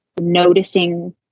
noticing